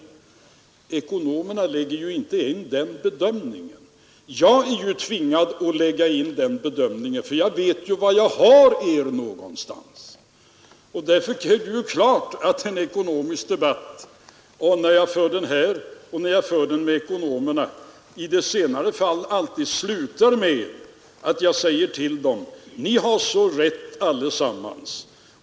Ekonomerna lägger ju inte in den bedömningen men jag är tvingad att göra det, därför att jag vet var jag har er någonstans. Det är därför klart att när jag för en ekonomisk debatt med ekonomerna denna alltid slutar med att jag säger till dem: Ni har så rätt allesammans.